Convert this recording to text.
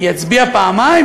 יצביע פעמיים?